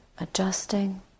adjusting